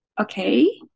Okay